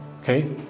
Okay